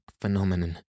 phenomenon